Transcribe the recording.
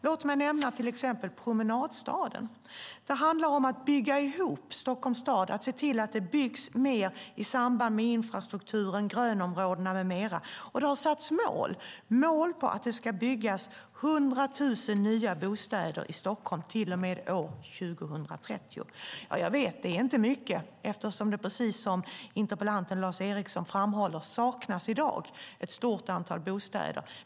Låt mig till exempel nämna promenadstaden. Det handlar om att bygga ihop Stockholms stad, att se till att det byggs mer i anknytning till infrastrukturen, grönområdena med mera. Och det har satts som mål att det ska byggas 100 000 nya bostäder i Stockholm till och med år 2030. Ja, jag vet, det är inte mycket, eftersom det i dag, precis som interpellanten Lars Eriksson framhåller, saknas ett stort antal bostäder.